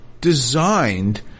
designed